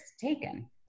taken